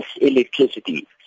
electricity